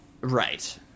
Right